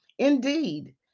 Indeed